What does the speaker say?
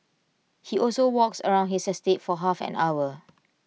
he also walks around his estate for half an hour